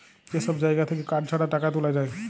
যে সব জাগা থাক্যে কার্ড ছাড়া টাকা তুলা যায়